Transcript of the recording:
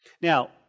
Now